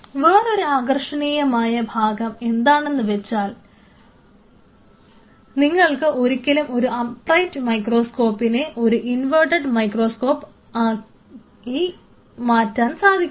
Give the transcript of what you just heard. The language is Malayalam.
വേറൊരു ആകർഷണീയമായ ഭാഗം എന്താണെന്നുവെച്ചാൽ നിങ്ങൾക്ക് ഒരിക്കലും ഒരു അപ്രൈറ്റ് മൈക്രോസ്കോപ്പിനെ ഒരു ഇൻവെർട്ടഡ് മൈക്രോസ്കോപ്പ് ആയി മാറ്റാൻ സാധിക്കില്ല